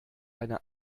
eine